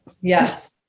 Yes